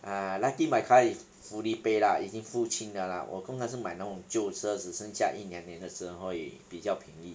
err lucky my car is fully paid lah 已经付清了啦我通常是买那种旧车子只剩下一两年的时候也比较便宜